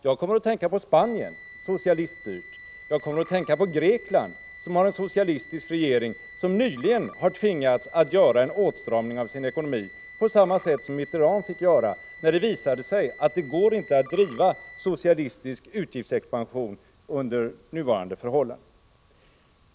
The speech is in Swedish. Jag kommer att tänka på det socialistiska Spanien och på Grekland, som har en socialistisk regering vilken nyligen har tvingats göra åtstramningar i sin ekonomi. Samma sak fick Mitterrand i Frankrike göra när det visade sig att det inte gick att klara en socialistisk utgiftsexpansion under nuvarande förhållanden.